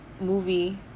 movie